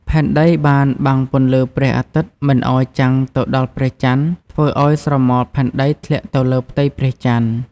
ផែនដីបានបាំងពន្លឺព្រះអាទិត្យមិនឲ្យចាំងទៅដល់ព្រះចន្ទ ធ្វើឲ្យស្រមោលផែនដីធ្លាក់ទៅលើផ្ទៃព្រះចន្ទ ។